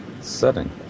setting